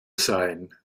sein